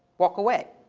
walk away.